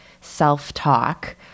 self-talk